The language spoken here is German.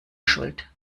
schuld